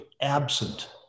absent